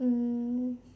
mm